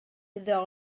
iddo